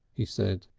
he said.